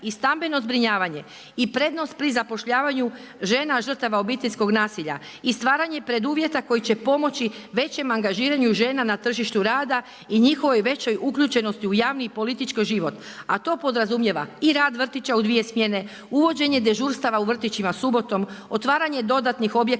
i stambeno zbrinjavanje i prednost pri zapošljavanju žena žrtava obiteljskog nasilja i stvaranje preduvjeta koji će pomoći većem angažiranju žena na tržištu rada i njihovoj većoj uključenosti u javni i politički život. A to podrazumijeva i rad vrtića u dvije smjene, uvođenje dežurstava subotom, otvaranje dodatnog objekata